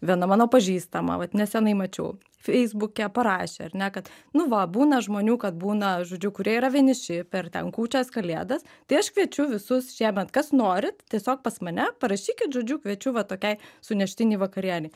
viena mano pažįstama vat nesenai mačiau feisbuke parašė ar ne kad nu va būna žmonių kad būna žodžiu kurie yra vieniši per ten kūčias kalėdas tai aš kviečiu visus šiemet kas norit tiesiog pas mane parašykit žodžiu kviečiu va tokiai suneštinei vakarienei